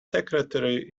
secretary